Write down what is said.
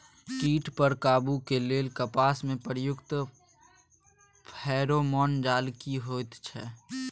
कीट पर काबू के लेल कपास में प्रयुक्त फेरोमोन जाल की होयत छै?